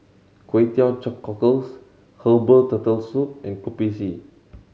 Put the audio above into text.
Kway Teow Cockles herbal Turtle Soup and Kopi C